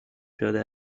شده